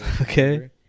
Okay